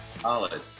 Solid